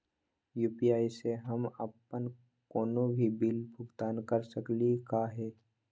UPI स हम अप्पन कोनो भी बिल भुगतान कर सकली का हे?